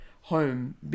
home